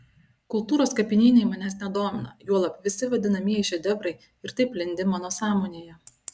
kultūros kapinynai manęs nedomina juolab visi vadinamieji šedevrai ir taip lindi mano sąmonėje